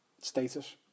status